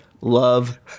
love